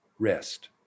rest